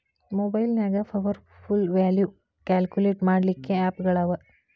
ಮಒಬೈಲ್ನ್ಯಾಗ್ future value calculate ಮಾಡ್ಲಿಕ್ಕೆ app ಗಳವ